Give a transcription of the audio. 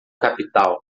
capital